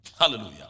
Hallelujah